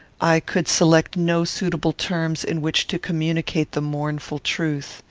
i could select no suitable terms in which to communicate the mournful truth.